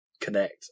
connect